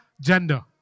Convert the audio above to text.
gender